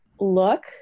look